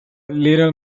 little